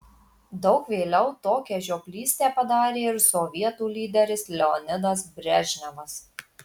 daug vėliau tokią žioplystę padarė ir sovietų lyderis leonidas brežnevas